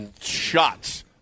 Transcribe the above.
shots